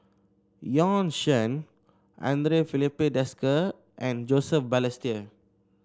Bjorn Shen Andre Filipe Desker and Joseph Balestier